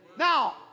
Now